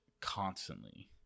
constantly